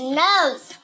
nose